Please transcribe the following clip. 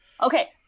Okay